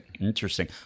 Interesting